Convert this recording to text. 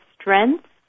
strengths